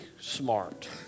smart